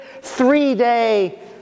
three-day